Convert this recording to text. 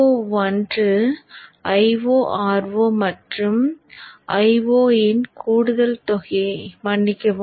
Po ஒன்று IoRo மற்றும் Io இன் கூடுதல் தொகையை மன்னிக்கவும்